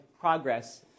progress